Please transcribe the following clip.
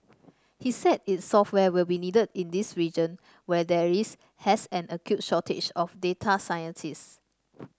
he said its software will be needed in this region where there is has an acute shortage of data scientists